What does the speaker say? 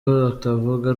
utavuga